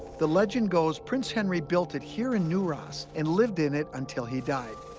the legend goes, prince henry built it here in new ross, and lived in it until he died.